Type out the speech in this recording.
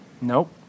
Nope